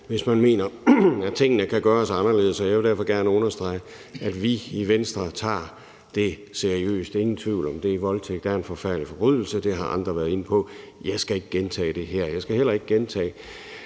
hvis man mener, at tingene kan gøres anderledes, og jeg vil derfor gerne understrege, at vi i Venstre tager det seriøst – ingen tvivl om det. Voldtægt er en forfærdelig forbrydelse, det har andre også været inde på, og jeg skal ikke gentage det her, og jeg skal heller ikke gentage